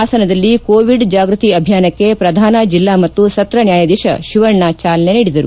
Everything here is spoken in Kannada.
ಹಾಸನದಲ್ಲಿ ಕೋವಿಡ್ ಜಾಗೃತಿ ಅಭಿಯಾನಕ್ಕೆ ಶ್ರಧಾನ ಜಿಲ್ಲಾ ಮತ್ತು ಸತ್ರ ನ್ಯಾಯಾಧೀಶ ಶಿವಣ್ಣ ಚಾಲನೆ ನೀಡಿದರು